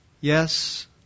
yes